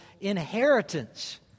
inheritance